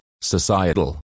societal